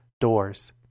doors